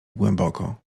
głęboko